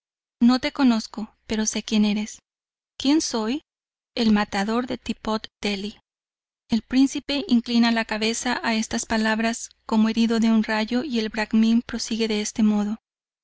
no te conozco pero sé quien eres quien soy el matador de tippot dheli el príncipe inclina la cabeza a estas palabras como herido de un rayo y el bracmín prosigue de este modo